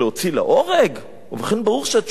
ובכן, ברור שהתשובה חייבת להיות שלילית,